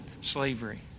slavery